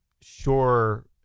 sure